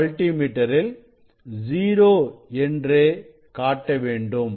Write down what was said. இந்த மல்டி மீட்டரில் 0 என்று காட்ட வேண்டும்